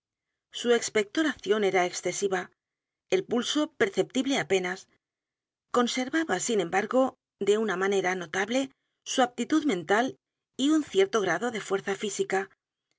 su expectoración era excesiva el pulso perceptible apenas conservaba sin e m b a r g o de u n a manera notable su aptitud m e n tal y un cierto grado de fuerza física